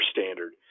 standard